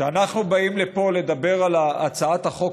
כשאנחנו באים לפה לדבר על הצעת החוק